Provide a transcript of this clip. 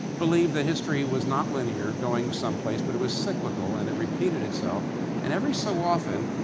believed that history was not linear, going someplace, but it was cyclical and it repeated itself and, every so often,